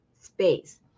space